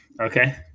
okay